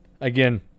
again